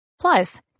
Plus